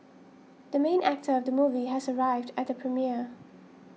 the main actor of the movie has arrived at the premiere